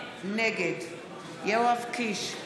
נגד יואב קיש,